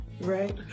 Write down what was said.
right